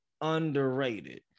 underrated